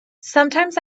sometimes